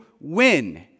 win